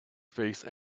face